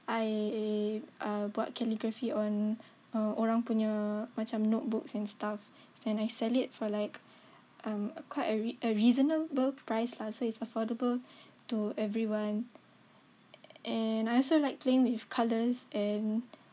I uh buat calligraphy on orang punya macam notebooks and stuff then I sell it for like um quite a reasonable price lah so it's affordable to everyone and I also like playing with colours and